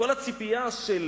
כל הציפייה של